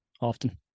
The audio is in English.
often